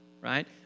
right